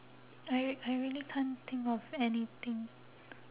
I I really can't think of anything